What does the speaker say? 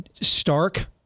stark